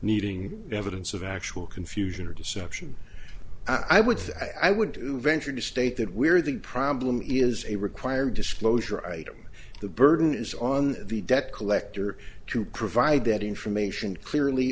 needing evidence of actual confusion or deception i would say i would do venture to state that where the problem is a require disclosure item the burden is on the die collector to provide that information clearly